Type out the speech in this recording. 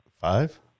Five